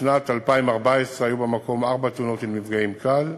בשנת 2014 היו במקום ארבע תאונות עם נפגעים קל,